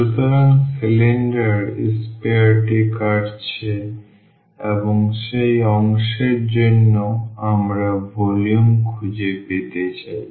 সুতরাং cylinder sphere টি কাটছে এবং সেই অংশের জন্য আমরা ভলিউম খুঁজে পেতে চাই